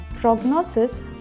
prognosis